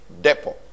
depot